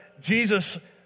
Jesus